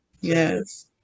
Yes